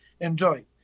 enjoy